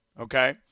okay